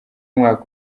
umwaka